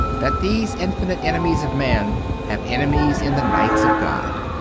that these infinite enemies of man have enemies in the knights of god,